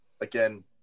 again